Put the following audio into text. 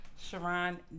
Sharon